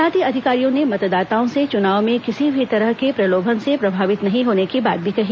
साथ ही अधिकारियों ने मतदाताओं से चुनाव में किसी भी तरह के प्रलोभन से प्रभावित नहीं होने की भी बात कही